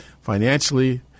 financially